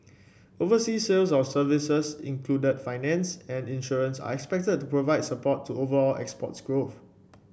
overseas sales of services include finance and insurance are expected to provide support to overall exports growth